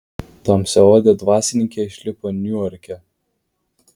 tamsiaodė dvasininkė išlipo niuarke